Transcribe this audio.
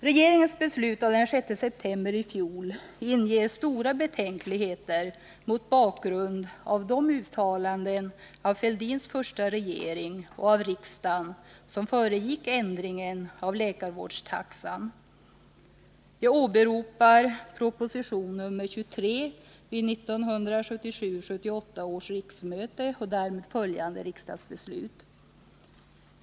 Regeringens beslut av den 6 september i fjol inger stora betänkligheter mot bakgrund av de uttalanden av Thorbjörn Fälldins första regering och av riksdagen som föregick ändringen av läkarvårdstaxan. Jag åberopar proposition nr 23 vid 1977/78 års riksmöte och därav föranledda riksdagsbeslut.